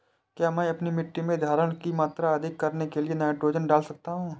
क्या मैं अपनी मिट्टी में धारण की मात्रा अधिक करने के लिए नाइट्रोजन डाल सकता हूँ?